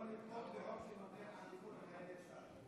לא לתמוך בחוק שנותן עדיפות לחיילי צה"ל.